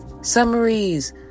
summaries